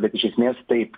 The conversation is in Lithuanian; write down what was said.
bet iš esmės taip